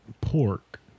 pork